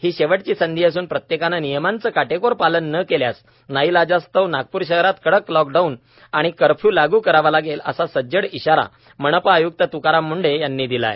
ही शेवटची संधी असून प्रत्येकाने नियमांचे काटेकोर पालन न केल्यास नाईलाजास्तव नागपूर शहरात कडक लॉकडाउन आणि कर्फ्यू लागू करावा लागेल असा सज्जड इशारा मनपा आयुक्त तुकाराम मुंढे यांनी दिला आहे